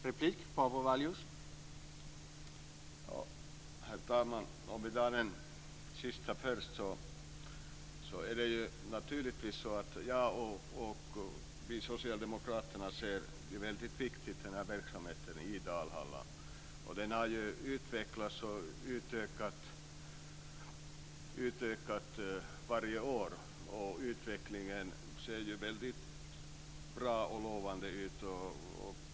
Herr talman! Om jag tar det sista först, anser naturligtvis vi socialdemokrater att verksamheten i Dalhalla är väldigt viktig. Den har utvecklats och utökats för varje år, och utvecklingen ser bra och lovande ut.